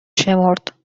شمرد